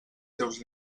seus